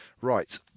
Right